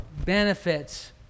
benefits